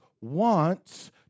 wants